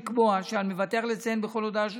לקבוע שעל המבטח לציין בכל הודעה שהוא